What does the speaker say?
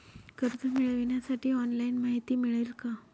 कर्ज मिळविण्यासाठी ऑनलाइन माहिती मिळेल का?